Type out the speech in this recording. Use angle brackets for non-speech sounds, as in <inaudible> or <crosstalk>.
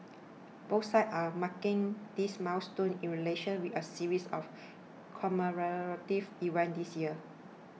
both sides are marking this milestone in relations with a series of <noise> commemorative events this year